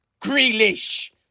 Grealish